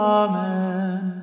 amen